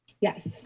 Yes